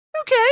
Okay